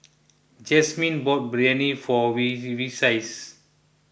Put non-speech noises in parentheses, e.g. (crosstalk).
Jasmine bought Biryani for (unintelligible) Vicie